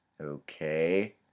Okay